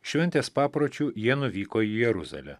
šventės papročiu jie nuvyko į jeruzalę